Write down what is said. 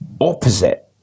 opposite